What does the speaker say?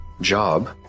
job